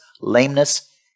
lameness